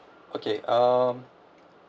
okay uh